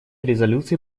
резолюции